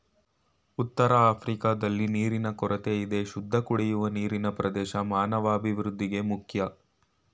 ಉತ್ತರಆಫ್ರಿಕಾದಲ್ಲಿ ನೀರಿನ ಕೊರತೆಯಿದೆ ಶುದ್ಧಕುಡಿಯುವ ನೀರಿನಪ್ರವೇಶ ಮಾನವಅಭಿವೃದ್ಧಿಗೆ ಮುಖ್ಯ